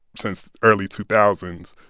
since the early two thousand